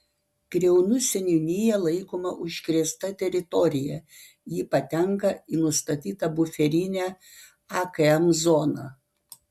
kriaunų seniūnija laikoma užkrėsta teritorija ji patenka į nustatytą buferinę akm zoną